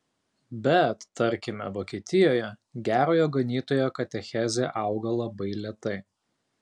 bet tarkime vokietijoje gerojo ganytojo katechezė auga labai lėtai